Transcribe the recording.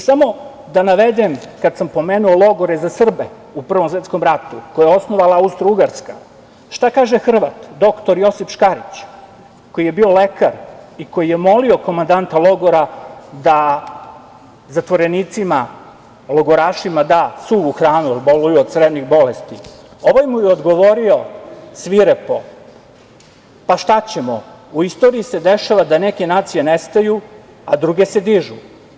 Samo da navedem, kad sam pomenuo logore za Srbe u Prvom svetskom ratu, koja je osnovala Austrougarska, šta kaže Hrvat, doktor Josip Škarić, koji je bio lekar i koji je molio komandanta logora da zatvorenicima, logorašima da suvu hranu, jer boluju od crevnih bolesti, ovaj mu je odgovorio svirepo – pa, šta ćemo, u istoriji se dešava da neke nacije nestaju, a druge se dižu.